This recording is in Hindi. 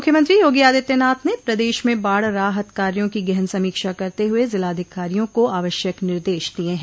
मुख्यमंत्री योगी आदित्यनाथ ने प्रदेश में बाढ़ राहत कार्यों की गहन समीक्षा करते हुये जिलाधिकारियों को आवश्यक निर्देश दिये हैं